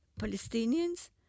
Palestinians